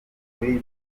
muri